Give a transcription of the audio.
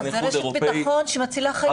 זו רשת ביטחון שמצילה חיים.